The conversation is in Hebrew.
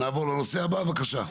נעבור לנושא הבא, בבקשה.